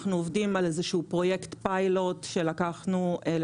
אנחנו עובדים על איזשהו פרויקט פיילוט שלקחנו